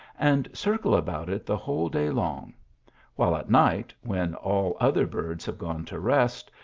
and circle about it the whole day long while at night, when all other birds have gone to rest,